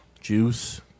juice